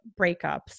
breakups